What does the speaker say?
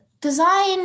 design